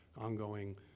ongoing